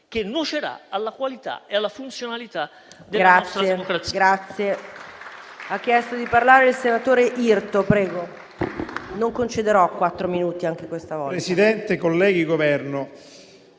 che nuocerà alla qualità e alla funzionalità della nostra democrazia.